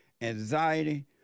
anxiety